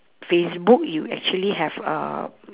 facebook you actually have uh